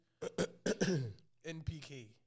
NPK